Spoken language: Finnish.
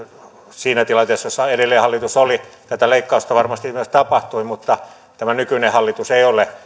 siinä tilanteessa jossa edellinen hallitus oli tätä leikkausta varmasti myös tapahtui mutta tämä nykyinen hallitus ei ole